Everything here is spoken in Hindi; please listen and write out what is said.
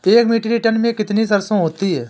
एक मीट्रिक टन में कितनी सरसों होती है?